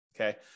Okay